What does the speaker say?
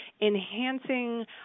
enhancing